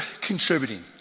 contributing